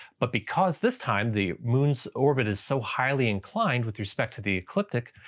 but because this time the moon's orbit is so highly inclined with respect to the ecliptic,